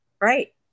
Right